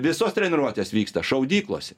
visos treniruotės vyksta šaudyklose